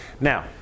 Now